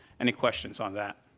any questions on that?